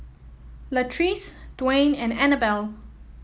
Latrice Dwaine and Annabell